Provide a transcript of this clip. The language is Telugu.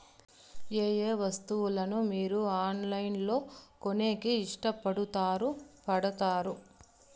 ఏయే వస్తువులను మీరు ఆన్లైన్ లో కొనేకి ఇష్టపడుతారు పడుతారు?